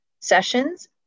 sessions